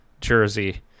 jersey